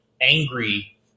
angry